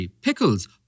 pickles